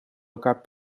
elkaar